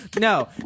No